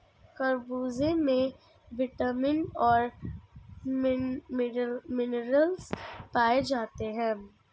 खरबूजे में विटामिन और मिनरल्स पाए जाते हैं